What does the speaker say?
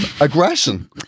Aggression